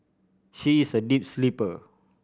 she is a deep sleeper